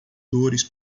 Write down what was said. dores